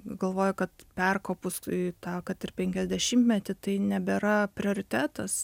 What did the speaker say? galvoju kad perkopus į tą kad ir penkiasdešimtmetį tai nebėra prioritetas